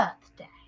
birthday